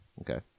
Okay